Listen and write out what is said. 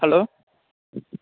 hello